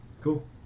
Cool